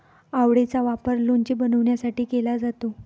आवळेचा वापर लोणचे बनवण्यासाठी केला जातो